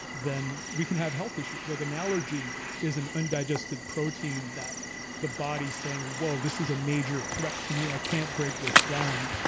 then we can have health issues. like an allergy is an undigested protein that the body saying, whoa, this is a major threat to me. i can't break this down,